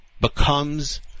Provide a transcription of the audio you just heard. becomes